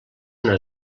una